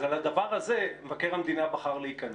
אז על הדבר הזה מבקר המדינה בחר להיכנס,